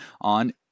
on